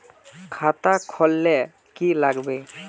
खाता खोल ले की लागबे?